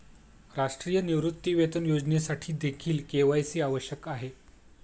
राष्ट्रीय निवृत्तीवेतन योजनेसाठीदेखील के.वाय.सी आवश्यक आहे